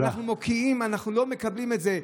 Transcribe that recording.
שאנחנו מוקיעים, אנחנו לא מקבלים את זה.